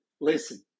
Listen